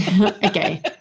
Okay